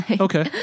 okay